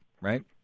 right